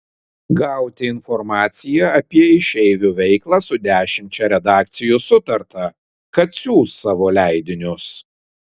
gauti informaciją apie išeivių veiklą su dešimčia redakcijų sutarta kad siųs savo leidinius